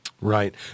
Right